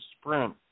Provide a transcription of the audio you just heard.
sprint